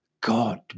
God